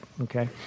okay